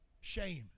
Shame